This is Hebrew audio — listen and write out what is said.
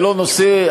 ולא נושא,